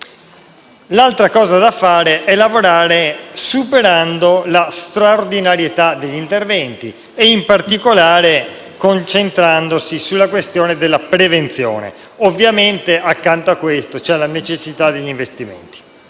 L'altra cosa da fare è lavorare superando la straordinarietà degli interventi, concentrandosi in particolare sulla questione della prevenzione. Ovviamente, accanto a questo, c'è la necessità degli investimenti.